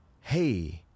hey